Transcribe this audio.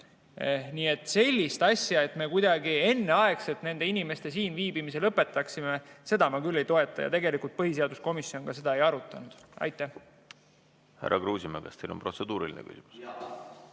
Nii et sellist asja, et me kuidagi enneaegselt nende inimeste siin viibimise lõpetaksime, ma küll ei toeta. Põhiseaduskomisjon seda ka ei arutanud. Härra Kruusimäe, kas teil on protseduuriline küsimus?